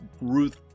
Ruth